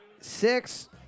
six